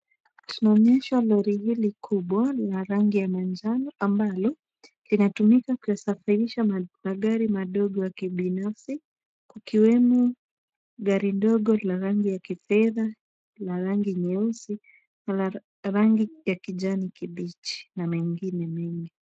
Tunaonyeshwa lori hili kubwa la rangi ya manjano ambalo kinatumika kusafirisha magari madogo ya kibinafsi kukiwemo gari ndogo la rangi ya kifedha, la rangi nyeusi na la rangi ya kijani kibichi na mengine mengi.